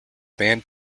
band